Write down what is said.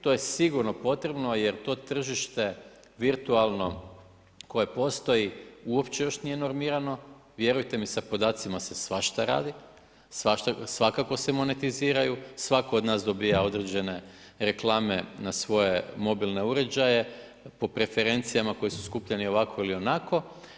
To je sigurno potrebno, jer to tržište, virtualno, koje postoji, uopće još nije normirano, vjerujte mi sa podacima se svašta radi, svakako se monetiziraju, svako od nas dobiva određene reklame na svoje mobilne uređaje, po preferencijama koje su skupljeni ovako ili onako.